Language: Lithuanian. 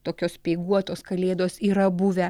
tokios speiguotos kalėdos yra buvę